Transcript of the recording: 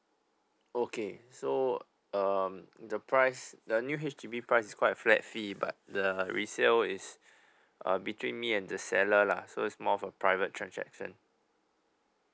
okay so um the price the new H_D_B price is quite a flat fee but the resale is uh between me and the seller lah so it's more of a private transaction